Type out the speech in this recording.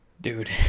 Dude